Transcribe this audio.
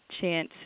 chance